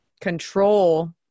control